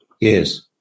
Yes